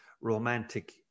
romantic